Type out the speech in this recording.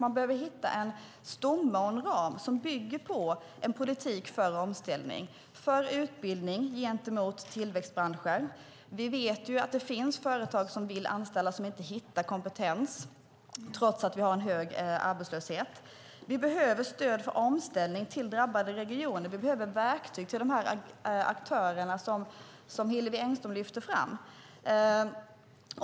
Man behöver hitta en stomme och en ram som bygger på en politik för omställning, för utbildning gentemot tillväxtbranscher. Vi vet att det finns företag som vill anställa men inte hittar kompetens, trots att vi har en hög arbetslöshet. Vi behöver stöd för omställning till drabbade regioner. Vi behöver verktyg till de aktörer som Hillevi Engström lyfte fram.